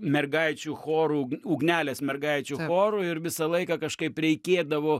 mergaičių choru ugnelės mergaičių choru ir visą laiką kažkaip reikėdavo